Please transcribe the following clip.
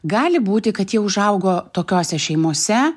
gali būti kad jie užaugo tokiose šeimose